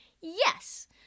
Yes